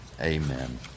Amen